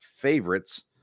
favorites